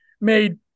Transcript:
made